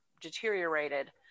deteriorated